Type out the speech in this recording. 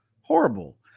horrible